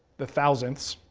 the thousandths,